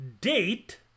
date